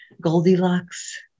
Goldilocks